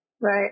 Right